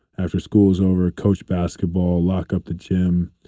after school is over, coach basketball, lock up the gym,